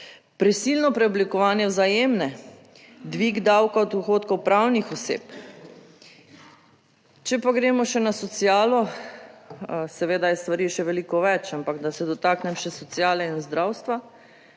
prisilno preoblikovanje Vzajemne, dvig davka od dohodkov pravnih oseb. Če pa gremo še na socialo, seveda je stvari še veliko več, ampak da se dotaknem še sociale in zdravstva.